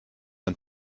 ein